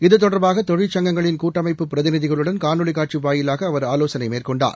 இது தொடர்பாக தொழிற்சங்கங்களின் கூட்டமைப்பு பிதிநிதிகளுடன் காணொலி காட்சி வாயிலாக அவர் ஆலோசனை மேற்கொண்டார்